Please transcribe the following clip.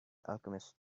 alchemist